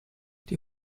die